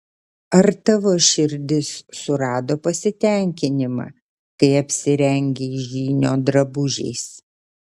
ar tavo širdis surado pasitenkinimą kai apsirengei žynio drabužiais